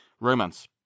Romance